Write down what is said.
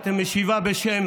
את משיבה בשם